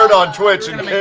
on twitch and